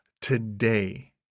today